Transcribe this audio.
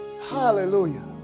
hallelujah